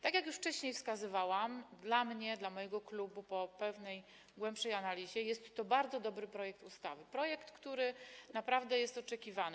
Tak jak już wcześniej wskazywałam, dla mnie, dla mojego klubu po pewnej głębszej analizie jest to bardzo dobry projekt ustawy, projekt, który naprawdę jest oczekiwany.